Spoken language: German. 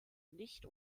nicht